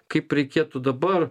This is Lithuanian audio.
kaip reikėtų dabar